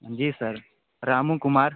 जी sir Ramu Kumar